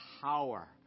power